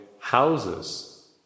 houses